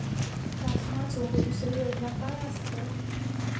शासनाचो दुसरे योजना काय आसतत?